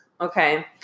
Okay